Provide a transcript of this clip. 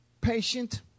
patient